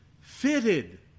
fitted